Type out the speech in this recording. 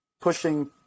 pushing